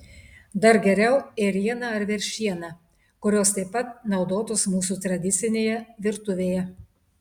dar geriau ėriena ar veršiena kurios taip pat naudotos mūsų tradicinėje virtuvėje